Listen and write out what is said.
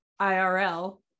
IRL